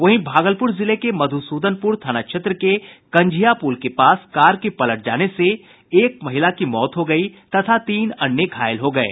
वहीं भागलपुर जिले के मधुसूदनपुर थाना क्षेत्र के कंझिया पुल के पास कार के पलट जाने से एक महिला की मौत हो गई तथा तीन अन्य घायल हो गये